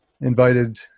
invited